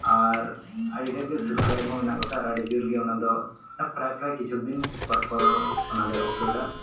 ᱟᱨ ᱟᱹᱰᱤ ᱰᱷᱮᱨ ᱜᱮ ᱥᱟᱵᱥᱠᱨᱟᱭᱤᱵᱽ ᱦᱚᱸ ᱢᱮᱱᱟᱜ ᱠᱚᱛᱟᱭᱟ ᱟᱨ ᱟᱹᱰᱤ ᱡᱳᱨᱜᱮ ᱚᱱᱟᱫᱚ ᱯᱨᱟᱭ ᱯᱨᱟᱭ ᱠᱤᱪᱷᱩ ᱫᱤᱱ ᱯᱚᱨᱯᱚᱨ ᱚᱱᱟᱜᱮ ᱟᱯᱞᱳᱰᱟ